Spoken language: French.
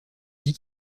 dix